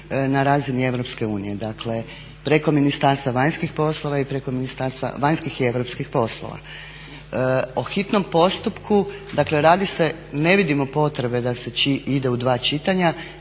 na razini Europske unije. Dakle preko Ministarstva vanjskih poslova i preko Ministarstva vanjskih i europskih poslova. O hitnom postupku, dakle radi se, ne vidimo potrebe da se ide u dva čitanja